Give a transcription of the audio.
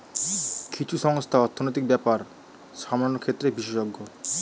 কিছু সংস্থা অর্থনীতির ব্যাপার সামলানোর ক্ষেত্রে বিশেষজ্ঞ